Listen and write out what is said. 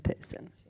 person